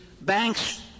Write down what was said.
banks